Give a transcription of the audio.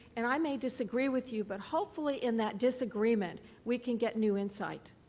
and i may disagree with you. but hopefully in that disagreement, we can get new insight.